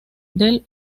del